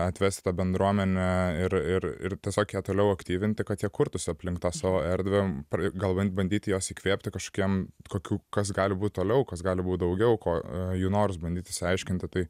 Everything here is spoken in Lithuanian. atvest tą bendruomenę ir ir ir tiesiog ją toliau aktyvinti kad jie kurtųsi aplink tą savo erdvę gal bent bandyti juos įkvėpti kažkokiam kokių kas gali būt toliau kas gali būt daugiau ko jų norus bandyt išsiaiškinti tai